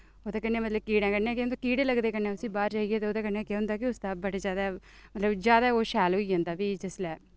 ओह्दे कन्नै मतलब कीड़ें कन्नै केह् होंदा कीड़े लगदे कन्नै उसी बाद च जाइयै ओह्दे कन्नै केह् होंदा कि उसदा बड़ा जैदा मतलब जैदा ओह् शैल होई जंदा फ्ही जिसलै